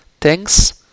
thanks